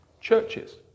churches